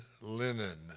linen